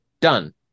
done